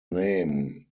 name